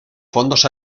fondos